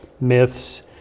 myths